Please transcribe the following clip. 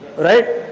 right?